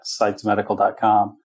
sitesmedical.com